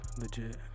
Legit